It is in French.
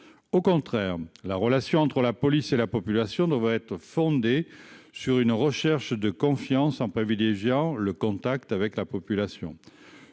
au contraire la relation entre la police et la population ne va être fondée sur une recherche de confiance en privilégiant le contact avec la population,